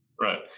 Right